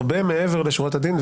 הרבה מעבר לשורת הדין,